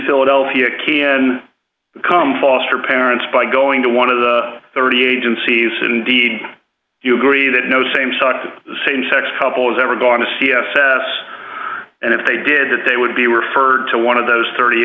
philadelphia can become foster parents by going to one of the thirty agencies indeed you agree that no same side to same sex couple is ever going to c s s and if they did that they would be referred to one of those thirty